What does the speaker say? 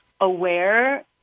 aware